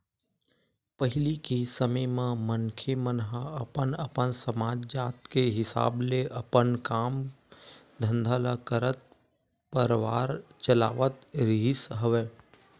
पहिली के समे म मनखे मन ह अपन अपन समाज, जात के हिसाब ले अपन काम धंधा ल करत परवार चलावत रिहिस हवय